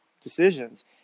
decisions